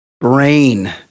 Brain